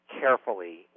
carefully